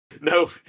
No